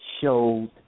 showed